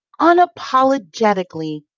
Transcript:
unapologetically